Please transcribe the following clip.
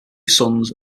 sons